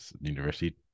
university